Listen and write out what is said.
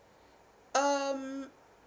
um